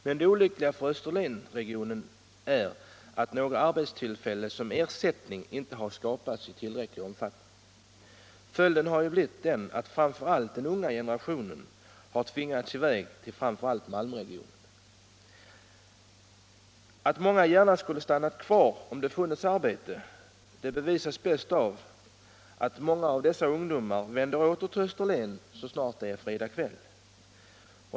Men det olyckliga för Österlenregionen är att några arbetstillfällen som ersättning inte har skapats i tillräcklig omfattning. Följden har blivit den att framför allt den unga generationen har tvingats i väg, huvudsakligen till Malmöregionen. Att många gärna skulle stannat kvar om det funnits arbete bevisas bäst av att många av dessa ungdomar vänder åter till Österlen när det blir fredag kväll.